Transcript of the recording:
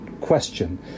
question